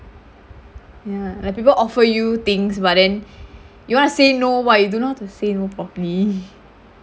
ya like people offer you things but then you want to say no but you don't know how to say no properly